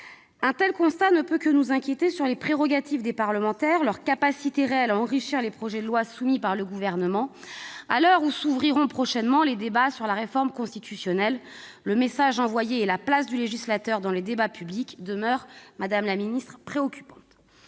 Un tel constat ne peut que nous inquiéter quant aux prérogatives des parlementaires et à leur capacité réelle à enrichir les projets de loi soumis par le Gouvernement, à l'heure où vont bientôt s'ouvrir les débats sur la révision constitutionnelle. Le message envoyé et la place du législateur dans le débat public demeurent préoccupants.